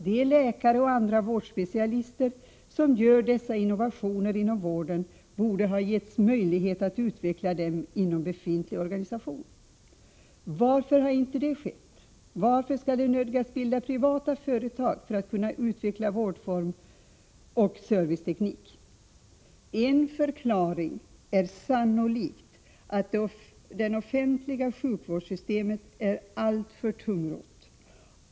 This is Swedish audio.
De läkare och andra vårdspecialister som gör dessa innovationer inom vården borde ha getts möjlighet att utveckla dem inom befintlig organisation. Varför har det inte skett? Varför skall de nödgas bilda privata företag för att kunna utveckla vårdformer och serviceteknik? En förklaring är sannolikt att det offentliga sjukvårdssystemet är alltför tungrott.